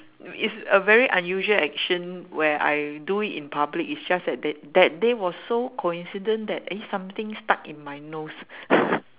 uh it's a very unusual action where I do it in public it's just that that that day was so coincidence that eh something stuck in my nose